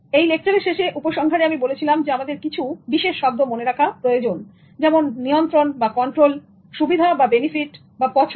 এই লেকচারের শেষে উপসংহারে আমি বলেছিলাম আমাদের কিছু বিশেষ শব্দ মনে রাখা দরকার যেমন কন্ট্রোল বা নিয়ন্ত্রণসুবিধাচয়েস বা পছন্দ